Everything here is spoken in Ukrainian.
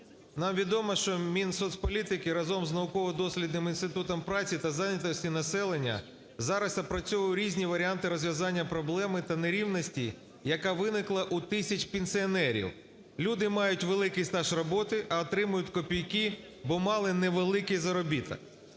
нам відомо, щоМінсоцполітики разом з Науково-дослідним інститутом праці та зайнятості населення зараз опрацьовує різні варіанти розв'язання проблеми та нерівності, яка виникла у тисяч пенсіонерів. Люди мають великий стаж роботи, а отримують копійки, бо мали невеликий заробіток.